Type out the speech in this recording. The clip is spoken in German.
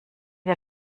der